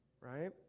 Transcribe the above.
right